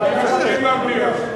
אני מסכים למליאה.